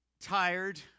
tired